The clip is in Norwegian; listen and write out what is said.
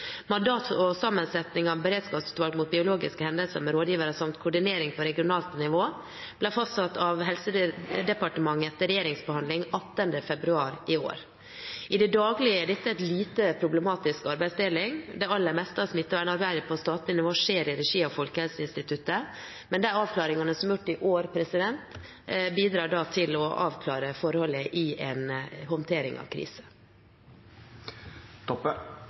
og sammensetningen av beredskapsutvalget mot biologiske hendelser med rådgivere, samt koordinering på regionalt nivå, ble fastsatt av Helsedepartementet etter regjeringsbehandling 18. februar i år. I det daglige er dette en lite problematisk arbeidsdeling. Det aller meste av smittevernarbeidet på statlig nivå skjer i regi av Folkehelseinstituttet, men de avklaringene som er gjort i år, bidrar til å avklare forholdet i en håndtering av